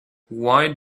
why